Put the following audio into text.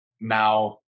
now